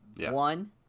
One